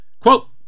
Quote